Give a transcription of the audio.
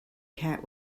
cat